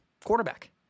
quarterback